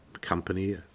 company